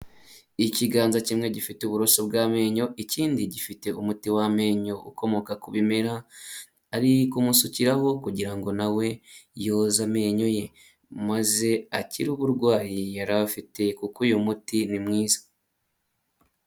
Ikiganza kimwe gifite uburoso bw'amenyo, ikindi gifite umuti w'amenyo ukomoka ku bimera, ari ukumusukiraho kugira ngo nawe yoza amenyo ye maze akire uburwayi yari afite kuko uyu muti ni mwiza.